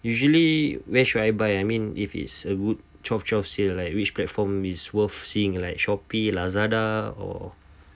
usually where should I buy I mean if it's a good chop chop sale like which platform is worth seeing like shopee lazada or